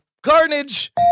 Carnage